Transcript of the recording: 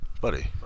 Buddy